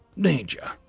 danger